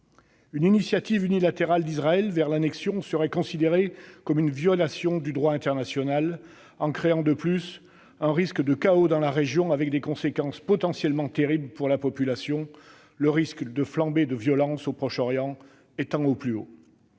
Une initiative unilatérale d'Israël vers l'annexion serait considérée comme une violation du droit international ; elle créerait, de surcroît, un risque de chaos dans la région, ce qui aurait des conséquences terribles pour la population, le risque de flambée de la violence au Proche-Orient étant au plus haut.